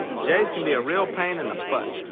jase can be a real pain in the butt.